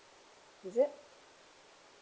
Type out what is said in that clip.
is it